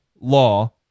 law